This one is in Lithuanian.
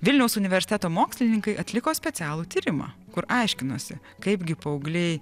vilniaus universiteto mokslininkai atliko specialų tyrimą kur aiškinosi kaipgi paaugliai